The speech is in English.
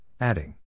adding